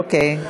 אוקיי.